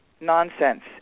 nonsense